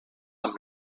amb